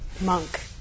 monk